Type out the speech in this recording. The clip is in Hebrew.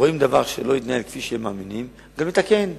רואים דבר שלא התנהל כפי שהם מאמינים, גם לתקן.